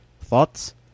Thoughts